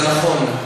זה נכון.